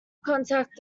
contact